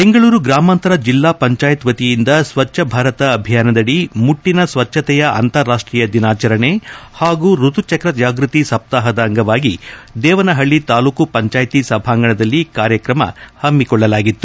ಬೆಂಗಳೂರು ಗ್ರಾಮಾಂತರ ಜಿಲ್ಲಾ ಪಂಚಾಯತಿ ವತಿಯಿಂದ ಸ್ವಚ್ಛ ಭಾರತ ಅಭಿಯಾನದದಿ ಮುಟ್ಟಿನ ಸ್ವಚ್ಛತೆಯ ಅಂತಾರಾಷ್ಟೀಯ ದಿನಾಚರಣೆ ಹಾಗೂ ಋತುಚಕ್ರ ಜಾಗೃತಿ ಸಪ್ತಾಹದ ಅಂಗವಾಗಿ ದೇವನಹಳ್ಳಿ ತಾಲ್ಲೂಕು ಪಂಚಾಯತಿ ಸಭಾಂಗಣದಲ್ಲಿ ಕಾರ್ಯಕ್ರಮ ಹಮ್ಮಿಕೊಳ್ಳಲಾಗಿತ್ತು